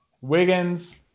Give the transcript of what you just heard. Wiggins